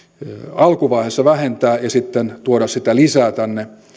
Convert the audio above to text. alkuvaiheessa vähentää ja sitten tuoda sitä lisää tänne